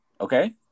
Okay